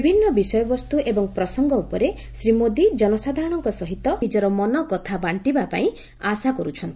ବିଭିନ୍ ବିଷୟବସ୍ତୁ ଏବଂ ପ୍ରସଙ୍ଙ ଉପରେ ଶ୍ରୀ ମୋଦି ଜନସାଧାରଣଙ୍କ ସହିତ ନିଜର ମନକଥା ବାଣ୍ଣିବାପାଇଁ ଆଶା କର୍ବଛନ୍ତି